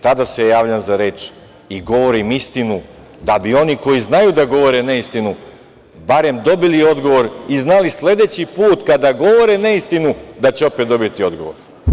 Tada se javljam za reč i govorim istinu da bi i oni koji znaju da govore neistinu barem dobili odgovor i znali sledeći put kada govore neistinu da će opet dobiti odgovor.